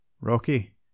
Rocky